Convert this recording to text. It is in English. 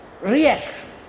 Reactions